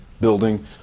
building